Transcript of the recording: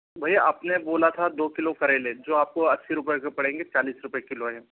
भैया आपने बोला था दो किलो करेले जो आपको अस्सी रुपय के पड़ेंगे चालीस रुपय किलो है